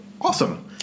awesome